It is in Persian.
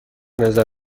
نظر